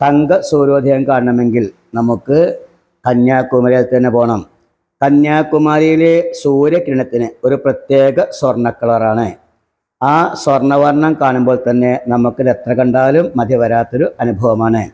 തങ്ക സൂര്യോദയം കാണണമെങ്കിൽ നമുക്ക് കന്യാകുമാരിയിൽത്തന്നെ പോകണം കന്യാകുമാരിയിലെ സൂര്യ കിരണത്തിന് ഒരു പ്രത്യേക സ്വർണ്ണക്കളറാണ് ആ സ്വർണ്ണ വർണ്ണം കാണുമ്പോൾ തന്നെ നമുക്കിതെത്ര കണ്ടാലും മതി വരാത്തൊരനുഭവമാണ്